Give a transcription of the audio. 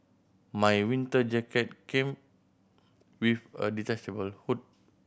my winter jacket came with a detachable hood